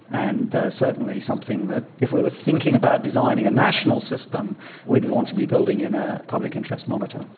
and certainly something that if we were thinking about designing a national system we'd want to be building in a public interest monitor.